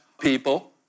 people